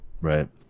right